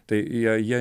tai jie jie